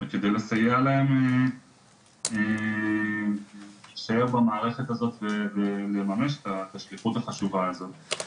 וכדי לסייע להם להישאר במערכת הזאת ולממש את השליחות החשובה הזאת.